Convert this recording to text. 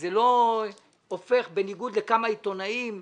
בניגוד לכמה עיתונאים,